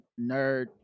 nerd